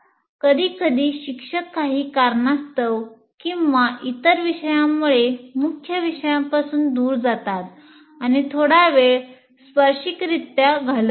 कधीकधी शिक्षक काही कारणास्तव किंवा इतर विषयांमुळे मुख्य विषयापासून दूर जातात आणि थोडा वेळ स्पर्शिकरित्या घालवतात